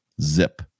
Zip